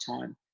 time